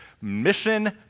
mission